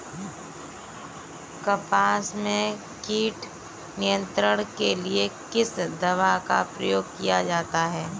कपास में कीट नियंत्रण के लिए किस दवा का प्रयोग किया जाता है?